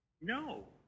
no